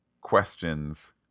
questions